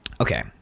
Okay